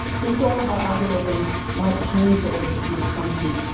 who saw how algorithms might change the way computers functioned,